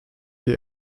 die